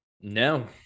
No